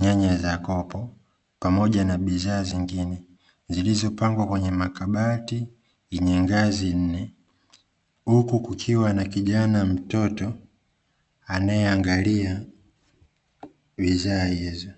nyanya za kopo pamoja na bidhaa zingine, zilizopagwa kwenye makabati yenye ngazi nne huku kukiwa na kijana mtoto anayeangalia bidhaa hizo.